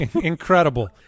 Incredible